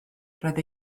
roedd